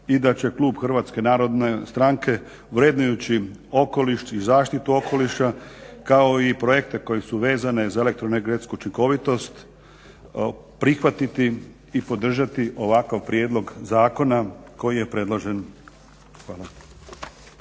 i da će Klub HNS-a vrednujući okoliš i zaštitu okoliša kao i projekte koji su vezani za elektroenergetsku učinkovitost prihvatiti i podržati ovakav prijedlog zakona koji je predložen. Hvala.